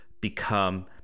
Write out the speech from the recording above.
become